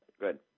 Good